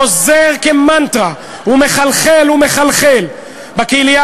חוזר כמנטרה ומחלחל ומחלחל בקהילייה